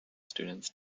students